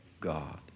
God